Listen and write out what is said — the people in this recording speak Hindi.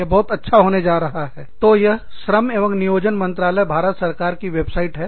यह बहुत अच्छा होने जा रहा है तो यह श्रम एवं नियोजन मंत्रालय भारत सरकार की वेबसाइट है